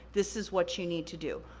this is what you need to do.